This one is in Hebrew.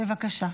בבקשה.